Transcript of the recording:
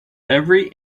every